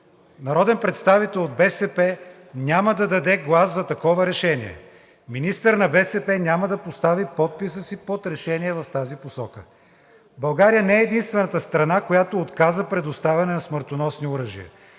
Народен представител от БСП няма да даде глас за такова решение, министър на БСП няма да постави подписа си под решение в тази посока. България не е единствената страна, която отказа предоставяне на смъртоносни оръжия